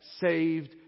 saved